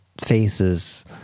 faces